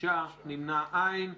הצבעה בעד, 5 נגד, 6 לא אושרה.